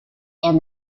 and